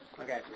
okay